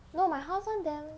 no my house one damn